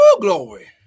glory